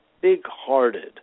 big-hearted